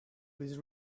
was